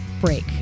break